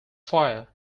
fire